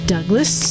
Douglas